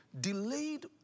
Delayed